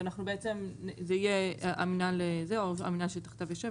אז זה יהיה "המינהל שתחתיו יושב",